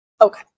okay